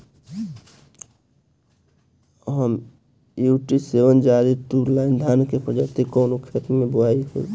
MUT seven zero two nine धान के प्रजाति कवने खेत मै बोआई होई?